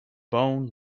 bone